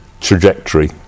trajectory